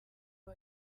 ngo